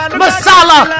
masala